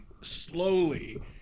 slowly